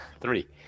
Three